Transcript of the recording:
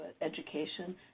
education